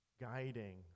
guiding